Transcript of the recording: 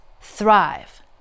thrive